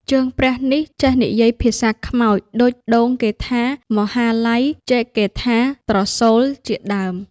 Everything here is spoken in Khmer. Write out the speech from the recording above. ជើងព្រះនេះ ចេះនិយាយភាសាខ្មោច ដូចដូង គេថា "មហាលៃ" ចេក គេថា "ត្រសូល" ជា ដើម ។